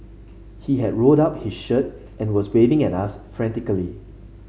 he had rolled up his shirt and was waving at us frantically